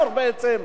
מאותו מע"מ,